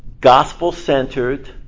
gospel-centered